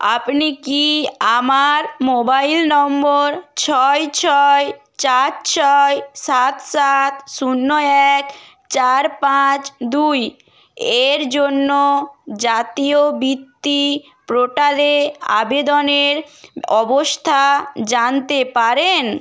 আপনি কি আমার মোবাইল নম্বর ছয় ছয় চার ছয় সাত সাত শূন্য এক চার পাঁচ দুই এর জন্য জাতীয় বৃত্তি পোর্টালে আবেদনের অবস্থা জানতে পারেন